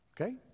Okay